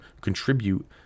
contribute